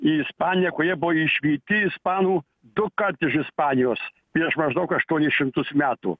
į ispaniją kurie buvo išvyti ispanų dukart iš ispanijos prieš maždaug aštuonis šimtus metų